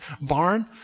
barn